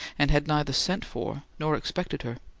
and had neither sent for nor expected her.